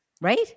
right